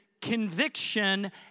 conviction